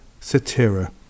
satira